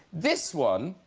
this one.